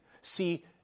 see